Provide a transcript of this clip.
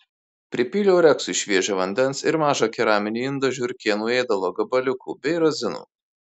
pripyliau reksui šviežio vandens ir mažą keraminį indą žiurkėnų ėdalo gabaliukų bei razinų